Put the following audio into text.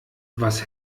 was